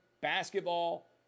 basketball